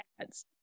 ads